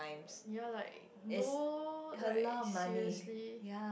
ya like no lor like seriously